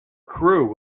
crew